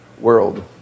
world